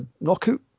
knockout